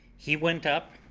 he went up,